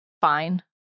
Fine